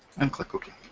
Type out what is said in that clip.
and click ok.